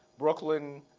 brooklyn,